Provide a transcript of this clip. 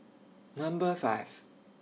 Number five